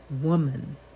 woman